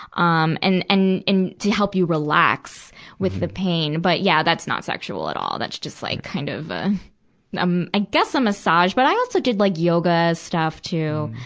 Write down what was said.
um and, and to help you relax with the pain. but, yeah, that's not sexual at all. that's just like kind of a, um i guess a massage. but i also did like yoga stuff, too.